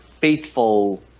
faithful